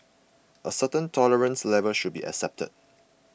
a certain tolerance level should be accepted